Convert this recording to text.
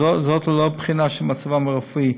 ללא בחינה של מצבם הרפואי.